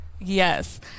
Yes